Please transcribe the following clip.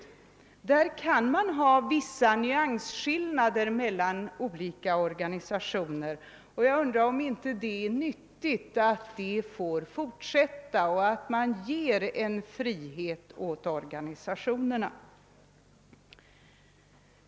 På den punkten kan det finnas vissa nyansskillnader mellan olika organisationer, och jag undrar om det inte är viktigt att organisationerna fortfarande får ha frihet på detta område.